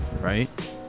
right